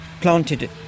planted